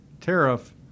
tariff